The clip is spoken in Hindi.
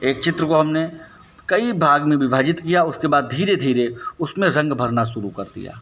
एक चित्र को हमने कई भाग में विभाजित किया उसके बाद धीरे धीरे उसमें रंग भरना शुरू कर दिया